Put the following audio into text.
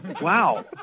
Wow